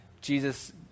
Jesus